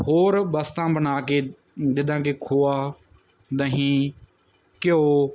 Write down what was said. ਹੋਰ ਵਸਤਾਂ ਬਣਾ ਕੇ ਜਿੱਦਾਂ ਕਿ ਖੋਆ ਦਹੀਂ ਘਿਓ